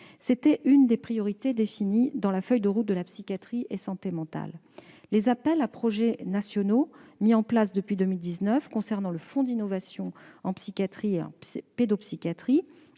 C'était l'une des priorités fixées dans la feuille de route de la psychiatrie et de la santé mentale. Les appels à projets nationaux mis en place depuis 2019 concernant le fonds d'innovation en psychiatrie et en pédopsychiatrie